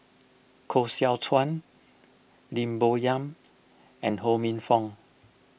Koh Seow Chuan Lim Bo Yam and Ho Minfong